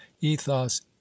ethos